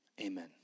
Amen